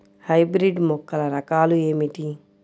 Hybrid మొక్కల రకాలు ఏమిటీ?